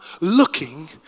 looking